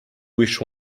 wish